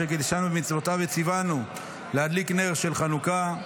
אשר קידשנו במצוותיו וציוונו להדליק נר של חנוכה,